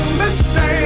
mistake